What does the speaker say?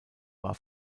war